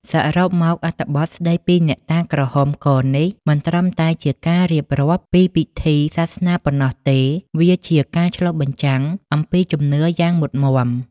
សរុបមក អត្ថបទស្តីពីអ្នកតាក្រហមកនេះ មិនត្រឹមតែជាការរៀបរាប់ពីពិធីសាសនាប៉ុណ្ណោះទេ វាជាការឆ្លុះបញ្ចាំងអំពីជំនឿយ៉ាងមុតម៉ាំ។